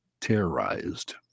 terrorized